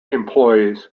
employees